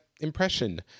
impression